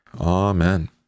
Amen